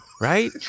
right